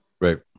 Right